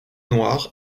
noirs